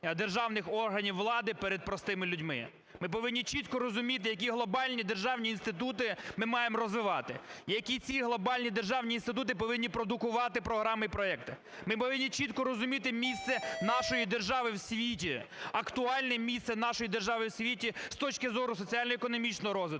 державних органів влади перед простими людьми. Ми повинні чітко розуміти, які глобальні державні інститути ми маємо розвивати, які ці глобальні державні інститути повинні продукувати програми і проекти. Ми повинні чітко розуміти місце нашої держави в світі, актуальне місце нашої держави в світі з точки зору соціально-економічного розвитку,